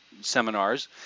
seminars